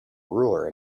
ruler